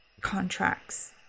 contracts